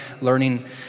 learning